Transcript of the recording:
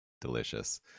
delicious